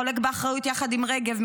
חולק באחריות עם רגב,